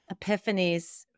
epiphanies